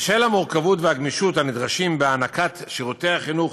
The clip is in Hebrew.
בשל המורכבות והגמישות הנדרשות בהענקת שירותי החינוך